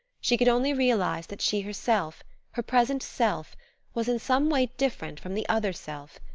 she could only realize that she herself her present self was in some way different from the other self.